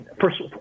first